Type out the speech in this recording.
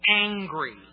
angry